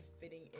fitting